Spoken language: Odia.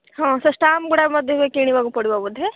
ହଁ ସେଇ ଷ୍ଟାମ୍ପ୍ ଗୁଡ଼ା ମଧ୍ୟ ବି କିଣାବାକୁ ପଡ଼ିବ ବୋଧେ